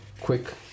quick